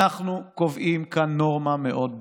אנחנו קובעים כאן נורמה מאוד ברורה: